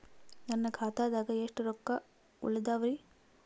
ನನ್ನ ಖಾತಾದಾಗ ಎಷ್ಟ ರೊಕ್ಕ ಉಳದಾವರಿ?